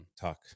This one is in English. talk